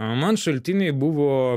o man šaltiniai buvo